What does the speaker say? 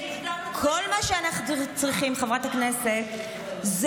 חברת הכנסת,